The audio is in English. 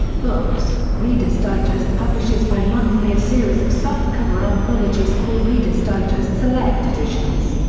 books reader's digest publishes bi-monthly a series of softcover anthologies called reader's digest select editions.